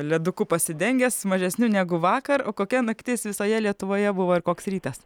leduku pasidengęs mažesniu negu vakar o kokia naktis visoje lietuvoje buvo ir koks rytas